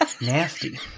Nasty